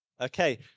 Okay